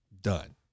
Done